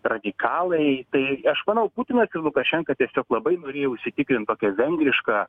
radikalai tai aš manau putinas lukašenka tiesiog labai norėjo užsitikrint tokią vengrišką